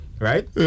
Right